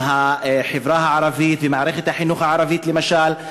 עם החברה הערבית ועם מערכת החינוך הערבית למשל.